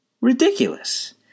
ridiculous